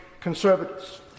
Conservatives